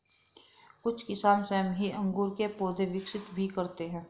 कुछ किसान स्वयं ही अंगूर के पौधे विकसित भी करते हैं